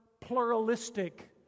pluralistic